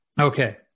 Okay